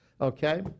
Okay